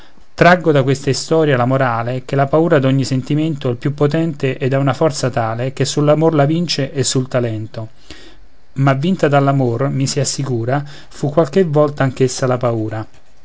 traggo da questa istoria la morale che la paura d'ogni sentimento è il più potente ed ha una forza tale che sull'amor la vince e sul talento ma vinta dall'amor mi si assicura fu qualche volta anch'essa la paura